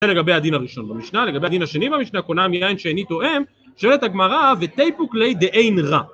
זה לגבי הדין הראשון במשנה, לגבי הדין השני במשנה קונם יין שאני טועם, שואלת הגמרא ותיפוק ליה דאין רע